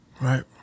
Right